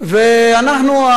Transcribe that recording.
ואנחנו,